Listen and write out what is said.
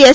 S